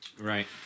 right